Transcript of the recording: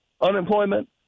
unemployment